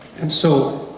and so,